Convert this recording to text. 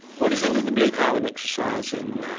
what do you think of the blue carbon exercise in,